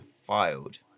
filed